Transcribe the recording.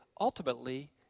ultimately